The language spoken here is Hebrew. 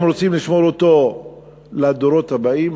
אם רוצים לשמור אותו לדורות הבאים,